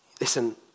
Listen